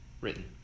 written